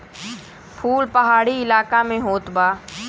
फूल पहाड़ी इलाका में होत बा